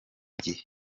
gihe